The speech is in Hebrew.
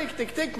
תיק-תיק-תיק,